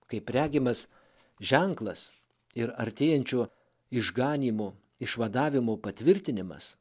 kaip regimas ženklas ir artėjančio išganymo išvadavimo patvirtinimas